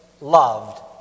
loved